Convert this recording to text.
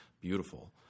Beautiful